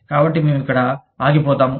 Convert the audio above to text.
కాబట్టి మేము ఇక్కడ ఆగిపోతాము